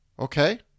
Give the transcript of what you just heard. Okay